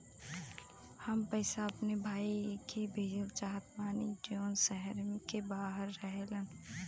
हम पैसा अपने भाई के भेजल चाहत बानी जौन शहर से बाहर रहेलन